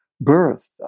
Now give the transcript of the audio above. birth